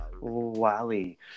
Wally